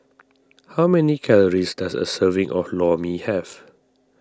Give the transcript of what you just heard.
how many calories does a serving of Lor Mee have